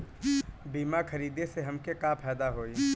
बीमा खरीदे से हमके का फायदा होई?